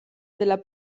della